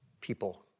people